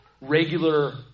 regular